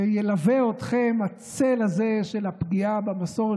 וילווה אתכם הצל הזה של הפגיעה במסורת